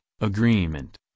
agreement